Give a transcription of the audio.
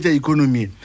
economy